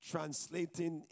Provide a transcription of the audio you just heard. Translating